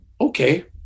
okay